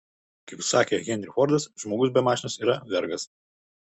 kaip sakė henry fordas žmogus be mašinos yra vergas